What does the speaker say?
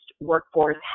workforce